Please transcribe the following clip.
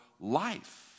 life